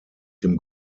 dem